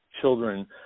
children